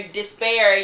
despair